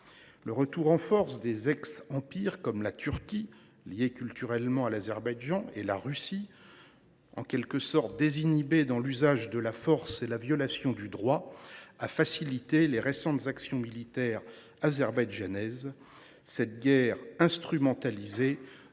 Le retour en force des ex empires comme la Turquie, liée culturellement à Bakou, et la Russie, en quelque sorte désinhibés dans l’usage de la force et dans la violation du droit, a facilité les récentes actions militaires azerbaïdjanaises. Cette guerre instrumentalisée